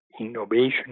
innovation